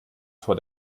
vor